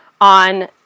on